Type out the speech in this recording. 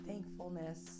Thankfulness